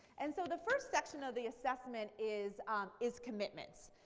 and so the first section of the assessment is is commitment.